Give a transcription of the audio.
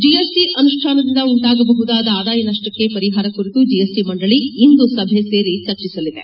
GST ಅನುಷ್ಠಾನದಿಂದ ಉಂಟಾಗಬಹುದಾದ ಆದಾಯ ನಷ್ಟಕ್ಕೆ ಪರಿಹಾರ ಕುರಿತು ಜಿಎಸ್ಟಿ ಮಂಡಳಿ ಇಂದು ಸಭೆ ಸೇರಿ ಚರ್ಚಿಸಲಿದೆ